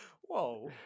Whoa